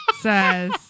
says